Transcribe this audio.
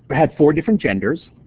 had four different genders.